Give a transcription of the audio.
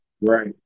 Right